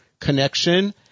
connection